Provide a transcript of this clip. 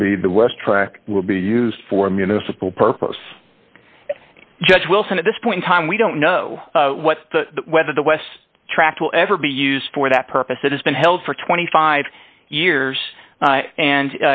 ill be the west track will be used for municipal purpose judge wilson at this point time we don't know what whether the west's track will ever be used for that purpose it has been held for twenty five years and